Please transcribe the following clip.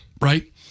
right